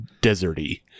deserty